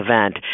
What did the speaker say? event